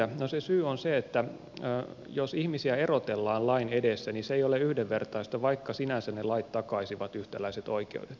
no se syy on se että jos ihmisiä erotellaan lain edessä niin se ei ole yhdenvertaista vaikka sinänsä ne lait takaisivat yhtäläiset oikeudet